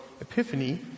Epiphany